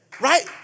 right